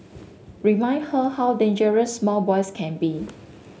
remind her how dangerous small boys can be